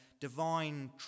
divine